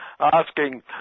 asking